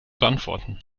beantworten